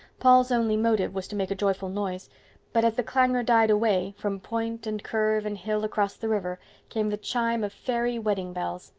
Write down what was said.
paul's only motive was to make a joyful noise but as the clangor died away, from point and curve and hill across the river came the chime of fairy wedding bells,